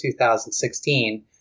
2016